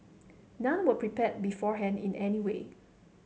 none were prepared beforehand in any way